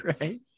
Right